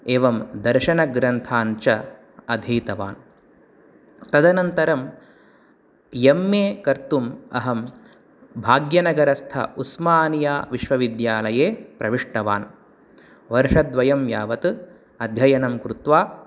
एवं दर्शनग्रन्थान् च अधीतवान् तदनन्तरं यम् ए कर्तुम् अहं भाग्यनगरस्थ उस्मानियाविश्वविद्यालये प्रविष्टवान् वर्षद्वयं यावत् अध्ययनं कृत्वा